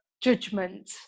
judgment